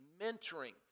Mentoring